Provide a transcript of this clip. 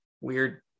weird